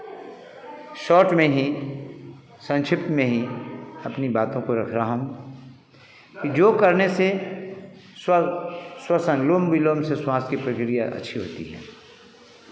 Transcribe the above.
short में ही संक्षिप्त में ही अपनी बातों को रख रहा हूँ कि योग करने से स्वह श्वसन अनुलोम विलोम से श्वास की प्रकिया अच्छी होती है